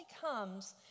comes